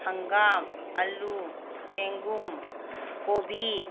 ꯍꯪꯒꯥꯝ ꯑꯥꯜꯂꯨ ꯆꯦꯡꯒꯨꯝ ꯀꯣꯕꯤ